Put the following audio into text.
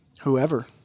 Whoever